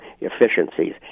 efficiencies